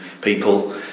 people